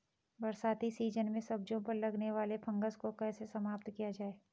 बरसाती सीजन में सब्जियों पर लगने वाले फंगस को कैसे समाप्त किया जाए?